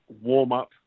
warm-up